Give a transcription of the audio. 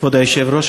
כבוד היושב-ראש,